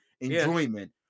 enjoyment